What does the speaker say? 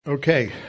Okay